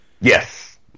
yes